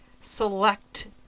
select